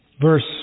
verse